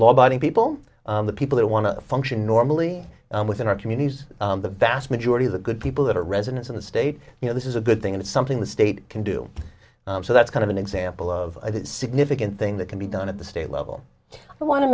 law abiding people the people who want to function normally within our communities the vast majority of the good people that are residents in the state you know this is a good thing and it's something the state can do so that's kind of an example of a significant thing that can be done at the state level i wan